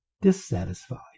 dissatisfied